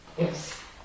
Yes